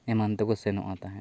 ᱮᱢᱟᱱ ᱛᱮᱠᱚ ᱥᱮᱱᱚᱜᱼᱟ ᱛᱟᱦᱮᱸᱫ